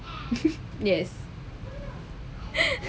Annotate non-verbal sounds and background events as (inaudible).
(laughs) yes (breath)